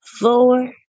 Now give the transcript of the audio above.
four